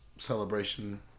Celebration